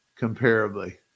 comparably